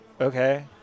Okay